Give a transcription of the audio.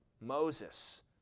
Moses